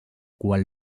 quan